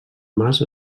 mas